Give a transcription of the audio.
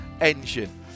Engine